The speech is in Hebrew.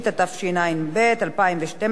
התשע"ב 2012,